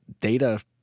data